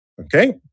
okay